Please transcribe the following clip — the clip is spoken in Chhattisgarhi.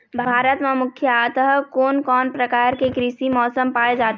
भारत म मुख्यतः कोन कौन प्रकार के कृषि मौसम पाए जाथे?